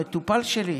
המטופל שלי,